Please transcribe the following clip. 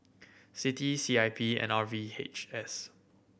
C T C I P and R V H S